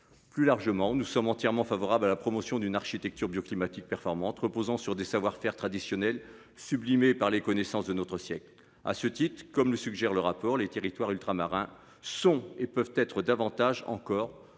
Plus largement, nous sommes entièrement favorable à la promotion d'une architecture bioclimatique performante reposant sur des savoir-faire traditionnels sublimée par les connaissances de notre siècle. À ce titre, comme le suggère le rapport les territoires ultramarins sont et peuvent être davantage encore